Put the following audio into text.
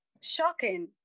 shocking